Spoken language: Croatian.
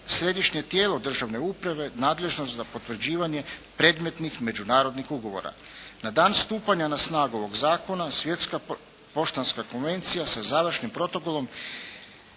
Središnje tijelo državne uprave nadležno za potvrđivanje predmetnih međunarodnih ugovora. Na dan stupanja na snagu ovog zakona, Svjetska poštanska konvencija sa završnim protokolom